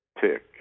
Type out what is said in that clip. Tick